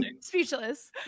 speechless